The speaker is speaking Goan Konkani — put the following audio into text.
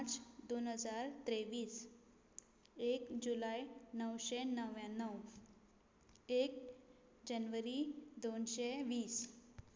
मार्च दोन हजार त्रेवीस एक जुलाय णवशें णव्याणव एक जनवरी दोनशें वीस